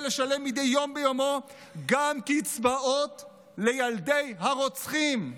לשלם מדי יום ביומו גם קצבאות לילדי הרוצחים.